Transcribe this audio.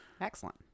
Excellent